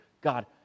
God